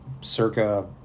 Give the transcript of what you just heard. circa